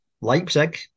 Leipzig